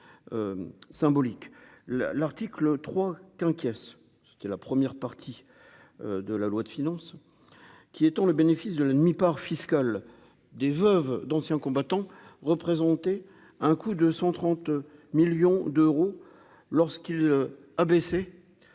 l'article 3 Quiès, c'était la première partie de la loi de finances, qui étend le bénéfice de la demi-part fiscale des veuves d'anciens combattants, représenter un coût de 130 millions d'euros lorsqu'il a baissé